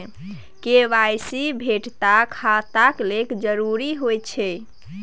KYC सभटा खाताक लेल जरुरी होइत छै